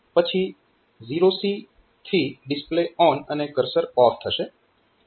પછી 0C થી display on અને કર્સર ઓફ થશે